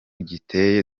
giteye